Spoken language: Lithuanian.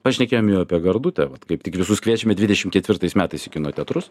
pašnekėjom jau apie gardutę vat kaip tik visus kviečiam į dvidešim ketvirtais metais į kino teatrus